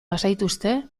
bazaituzte